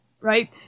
right